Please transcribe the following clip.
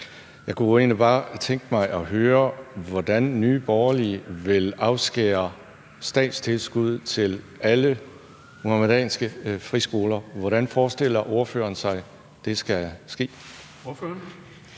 Jeg kunne egentlig bare godt tænke mig at høre, hvordan Nye Borgerlige vil afskære statstilskud til alle muhamedanske friskoler. Hvordan forestiller ordføreren sig at det skal ske?